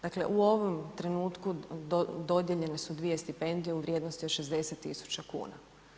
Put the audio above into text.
Dakle u ovom trenutku dodijeljene su dvije stipendije u vrijednosti od 60.000 kuna.